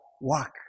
work